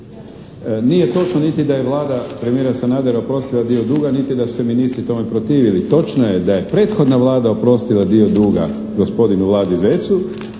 Nije točno niti da je Vlada premijera Sanadera oprostila dio duga niti da su se ministri tome protivili. Točno je da je prethodna Vlada oprostila dio duga gospodinu Vladi Zecu